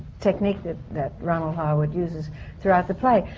technique that. that ronald harwood uses throughout the play.